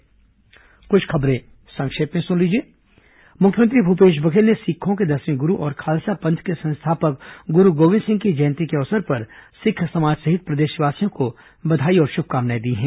संक्षिप्त समाचार अब कुछ अन्य खबरें संक्षिप्त में मुख्यमंत्री भूपेश बघेल ने सिखों के दसवें गुरू और खालसा पंथ के संस्थापक ग्रू गोविंद सिंह की जयंती के अवसर पर सिख समाज सहित प्रदेशवासियों को बधाई और शुभकामनाएं दी हैं